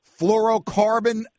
fluorocarbon